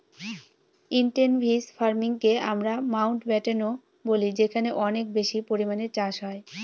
intensive ফার্মিংকে আমরা মাউন্টব্যাটেনও বলি যেখানে অনেক বেশি পরিমানে চাষ হয়